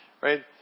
right